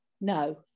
No